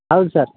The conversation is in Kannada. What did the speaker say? ಹೌದು ಸರ್